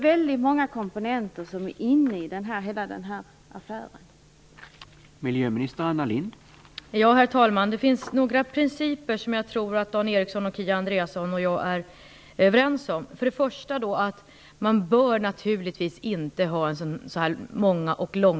Hela denna affär innehåller väldigt många komponenter.